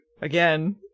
again